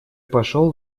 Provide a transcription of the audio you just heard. пошел